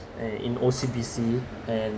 and in O_C_B_C and